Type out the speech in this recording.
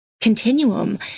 continuum